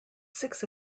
six